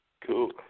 Cool